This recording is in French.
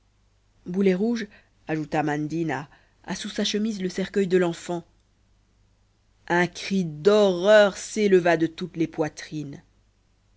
boulet rouge ajouta mandina a sous sa chemise le cercueil de l'enfant un cri d'horreur s'éleva de toutes les poitrines